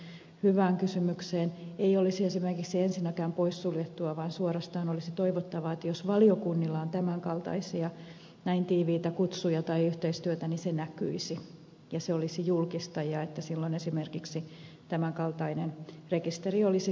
zyskowiczin hyvään kysymykseen ei esimerkiksi olisi ensinnäkään poissuljettua vaan suorastaan toivottavaa että jos valiokunnilla on tämän kaltaisia näin tiiviitä kutsuja tai tiivistä yhteistyötä se näkyisi ja olisi julkista ja silloin esimerkiksi tämän kaltainen rekisteri olisi siinä paikallaan